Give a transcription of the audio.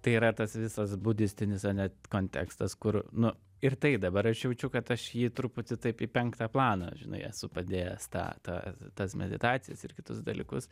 tai yra tas visas budistinis ane kontekstas kur nu ir tai dabar aš jaučiu kad aš jį truputį taip į penktą planą žinai esu padėjęs tą tą tas meditacijas ir kitus dalykus